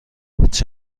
هیچ